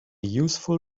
useful